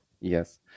Yes